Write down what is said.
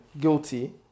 guilty